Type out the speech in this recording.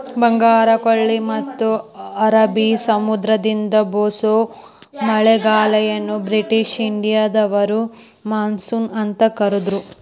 ಬಂಗಾಳಕೊಲ್ಲಿ ಮತ್ತ ಅರಬಿ ಸಮುದ್ರದಿಂದ ಬೇಸೋ ಮಳೆಗಾಳಿಯನ್ನ ಬ್ರಿಟಿಷ್ ಇಂಡಿಯಾದವರು ಮಾನ್ಸೂನ್ ಅಂತ ಕರದ್ರು